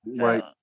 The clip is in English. Right